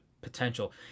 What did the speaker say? potential